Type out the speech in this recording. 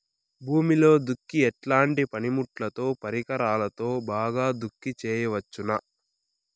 భూమిలో దుక్కి ఎట్లాంటి పనిముట్లుతో, పరికరాలతో బాగా దుక్కి చేయవచ్చున?